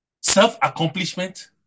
self-accomplishment